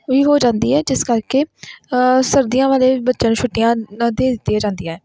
ਵੀ ਹੋ ਜਾਂਦੀ ਹੈ ਜਿਸ ਕਰਕੇ ਸਰਦੀਆਂ ਵੇਲੇ ਵੀ ਬੱਚਿਆਂ ਨੂੰ ਛੁੱਟੀਆਂ ਦੇ ਦਿੱਤੀਆਂ ਜਾਂਦੀਆਂ